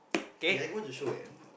eh I got watch the show eh what